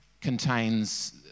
contains